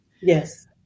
Yes